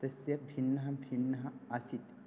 तस्य भिन्नः भिन्नः आसीत्